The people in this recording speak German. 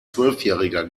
zwölfjähriger